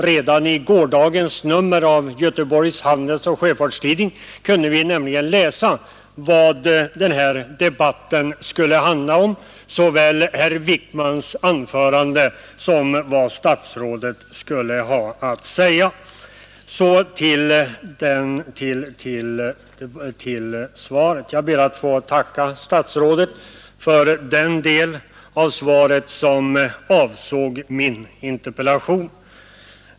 Redan i gårdagens nummer av Göteborgs Handelsoch Sjöfarts-Tidning kunde vi nämligen läsa vad den här debatten skulle handla om, såväl herr Wijkmans anförande som vad statsrådet skulle ha att säga. Så till svaret. Jag ber att få tacka statsrådet för den del av svaret som avsåg min interpellation.